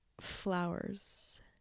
flowers